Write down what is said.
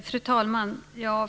Fru talman!